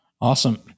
Awesome